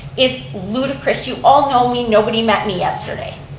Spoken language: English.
is ludacris. you all know me, nobody met me yesterday.